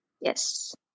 Yes